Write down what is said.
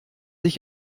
ich